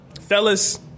fellas